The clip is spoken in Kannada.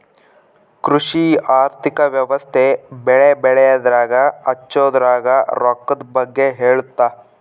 ಕೃಷಿ ಆರ್ಥಿಕ ವ್ಯವಸ್ತೆ ಬೆಳೆ ಬೆಳೆಯದ್ರಾಗ ಹಚ್ಛೊದ್ರಾಗ ರೊಕ್ಕದ್ ಬಗ್ಗೆ ಹೇಳುತ್ತ